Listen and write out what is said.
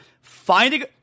finding